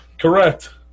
Correct